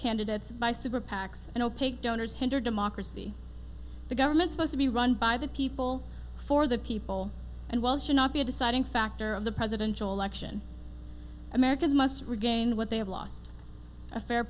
candidates by super pacs and opaque donors hinder democracy the government supposed to be run by the people for the people and while should not be a deciding factor of the presidential election americans must regain what they have lost a fair